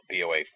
BOA